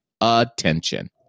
attention